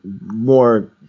more